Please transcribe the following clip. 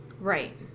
Right